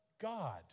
God